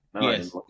Yes